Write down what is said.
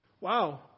Wow